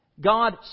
God